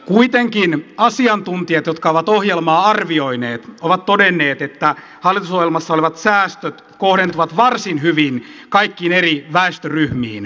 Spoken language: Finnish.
kuitenkin asiantuntijat jotka ovat ohjelmaa arvioineet ovat todenneet että hallitusohjelmassa olevat säästöt kohdentuvat varsin hyvin kaikkiin eri väestöryhmiin